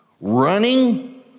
running